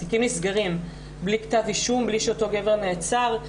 נסגרים בלי כתב אישום, בלי שאותו גבר נעצר.